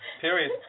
Period